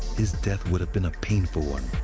his death would have been a painful one.